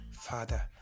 father